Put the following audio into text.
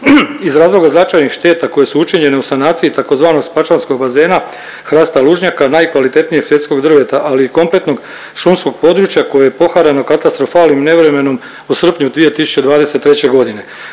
iz razloga značajnih šteta koje su učinjene u sanacije tzv. Spačvanskog bazena hrasta lužnjaka najkvalitetnijeg svjetskog država, ali i kompletnog šumskog područja koje je poharano katastrofalnim nevremenom u srpnju 2023.g..